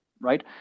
right